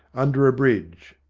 under a bridge.